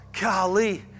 golly